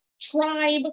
tribe